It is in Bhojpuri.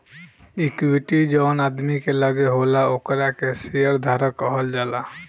इक्विटी जवन आदमी के लगे होला ओकरा के शेयर धारक कहल जाला